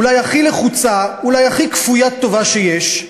אולי הכי לחוצה, אולי הכי כפוית טובה שיש,